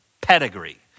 pedigree